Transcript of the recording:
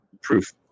proof